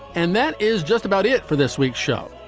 and that is just about it for this week's show.